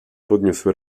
podniósł